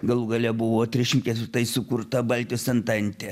galų gale buvo trišim ketvirtais sukurta baltijos antantė